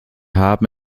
haben